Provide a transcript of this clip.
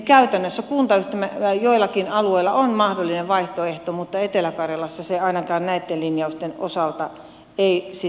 käytännössä kuntayhtymä joillakin alueilla on mahdollinen vaihtoehto mutta etelä karjalassa se ainakaan näitten linjausten osalta ei sitä ole